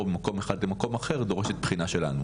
ממקום אחד למקום אחר דורשת בחינה שלנו.